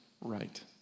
right